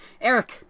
eric